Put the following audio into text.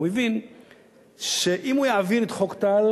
הוא הבין שאם הוא יעביר את חוק טל